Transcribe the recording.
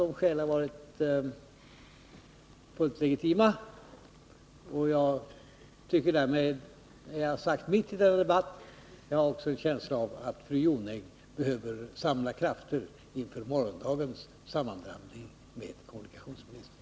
Det skälet är enligt min mening fullt legitimt, och därmed anser jag mig ha sagt mitt i denna debatt. Jag har också en känsla av att fru Jonäng behöver samla krafterna inför morgondagens sammandrabbning med kommunikationsministern.